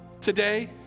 Today